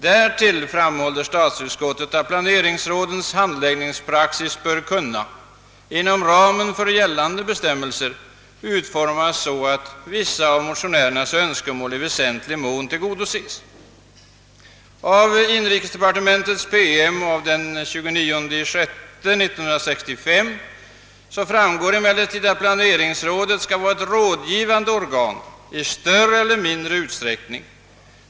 Därtill framhåller statsutskottet att planeringsrådens handläggningspraxis bör inom ramen för gällande bestämmelser kunna utformas så, att vissa av motionärernas önskemål i väsentlig mån tillgodoses. I inrikesdepartementets PM av den 29 juni 1965 framgår emellertid att planeringsrådet skall vara ett rådgivande organ i större eller mindre utsträckning.